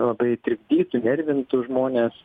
labai trikdytų nervintų žmones